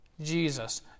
Jesus